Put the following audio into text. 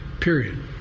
period